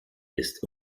ist